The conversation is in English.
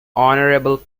honourable